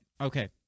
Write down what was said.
okay